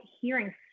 hearing